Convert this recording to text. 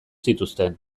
zituzten